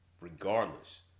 Regardless